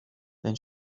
then